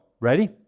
ready